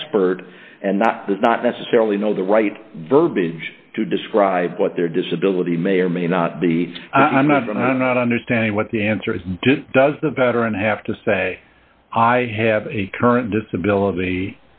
expert and not does not necessarily know the right verbiage to describe what their disability may or may not be i'm not and i'm not understanding what the answer is does the veteran have to say i have a current disability